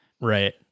right